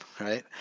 right